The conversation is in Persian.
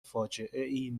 فاجعهای